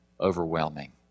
overwhelming